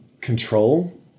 control